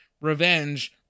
revenge